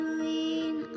lean